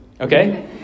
okay